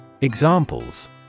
Examples